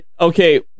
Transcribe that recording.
Okay